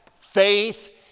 Faith